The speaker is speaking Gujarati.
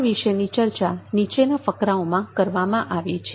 આ વિશેની ચર્ચા નીચેના ફકરાઓમાં કરવામાં આવી છે